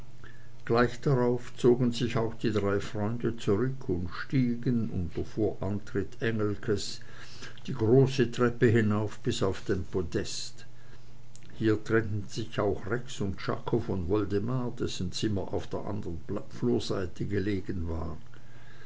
gleich darauf zogen sich auch die drei freunde zurück und stiegen unter vorantritt engelkes die große treppe hinauf bis auf den podest hier trennten sich rex und czako von woldemar dessen zimmer auf der andern flurseite gelegen war